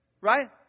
Right